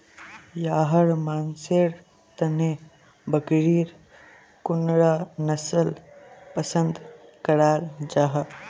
याहर मानसेर तने बकरीर कुंडा नसल पसंद कराल जाहा?